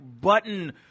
button